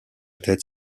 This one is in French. tête